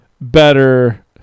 better